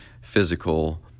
physical